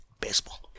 baseball